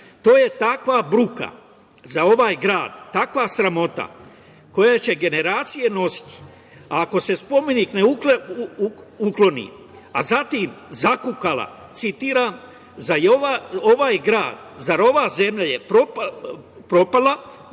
„To je takva bruka za ovaj grad, takva sramota koja će generacije nositi, ako se spomenik ne ukloni“, a zatim zakukala, citiram: „Zar ovaj grad, zar je ova zemlja propala